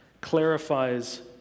clarifies